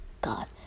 god